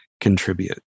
contribute